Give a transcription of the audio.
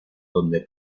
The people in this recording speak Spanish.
donde